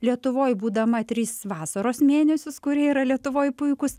lietuvoj būdama tris vasaros mėnesius kurie yra lietuvoj puikūs